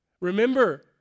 remember